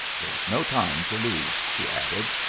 there's no time to lose, she added,